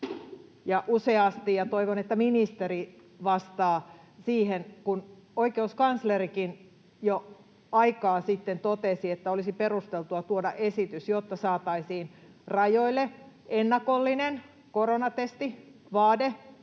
useasti, ja toivon, että ministeri vastaa siihen: Kun oikeuskanslerikin jo aikaa sitten totesi, että olisi perusteltua tuoda esitys, jotta saataisiin rajoille ennakollinen koronatestivaade,